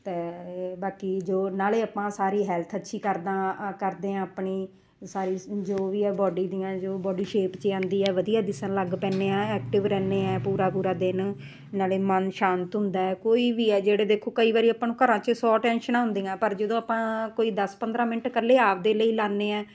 ਅਤੇ ਬਾਕੀ ਜੋ ਨਾਲੇ ਆਪਾਂ ਸਾਰੀ ਹੈਲਥ ਅੱਛੀ ਕਰਦਾ ਕਰਦੇ ਹਾਂ ਆਪਣੀ ਸਾਰੀ ਜੋ ਵੀ ਆ ਬਾਡੀ ਦੀਆਂ ਜੋ ਬੋਡੀ ਸ਼ੇਪ 'ਚ ਆਉਂਦੀ ਹੈ ਵਧੀਆ ਦਿਸਣ ਲੱਗ ਪੈਨੇ ਹਾਂ ਐਕਟਿਵ ਰਹਿੰਦੇ ਹਾਂ ਪੂਰਾ ਪੂਰਾ ਦਿਨ ਨਾਲੇ ਮਨ ਸ਼ਾਂਤ ਹੁੰਦਾ ਕੋਈ ਵੀ ਹੈ ਜਿਹੜੇ ਦੇਖੋ ਕਈ ਵਾਰੀ ਆਪਾਂ ਨੂੰ ਘਰਾਂ 'ਚ ਸੌ ਟੈਂਸ਼ਨਾਂ ਹੁੰਦੀਆਂ ਪਰ ਜਦੋਂ ਆਪਾਂ ਕੋਈ ਦਸ ਪੰਦਰ੍ਹਾਂ ਮਿੰਟ ਇਕੱਲੇ ਆਪਦੇ ਲਈ ਲਾਨੇ ਹਾਂ